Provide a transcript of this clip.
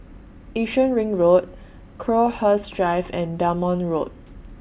Yishun Ring Road Crowhurst Drive and Belmont Road